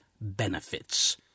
benefits